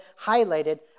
highlighted